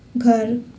घर